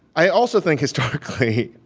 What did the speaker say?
i also think historically,